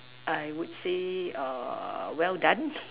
I would say err well done